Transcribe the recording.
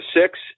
six